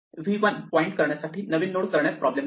V 1 point करण्यासाठी नवीन node तयार करण्यात प्रॉब्लेम नाही